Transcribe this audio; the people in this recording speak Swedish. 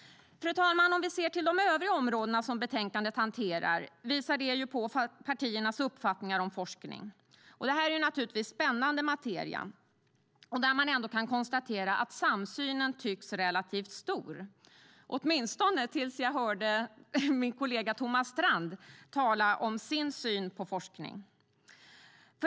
Fru talman! Om vi ser till de övriga områdena som betänkandet hanterar visar de på partiernas uppfattningar om forskning. Det här är naturligtvis spännande materia, där man ändå kan konstatera att samsynen tycks relativt stor, åtminstone tills jag hörde min kollega Thomas Strand tala om sin syn på forskning.